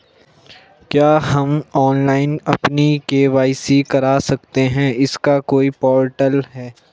क्या हम ऑनलाइन अपनी के.वाई.सी करा सकते हैं इसका कोई पोर्टल है?